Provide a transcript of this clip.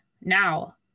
Now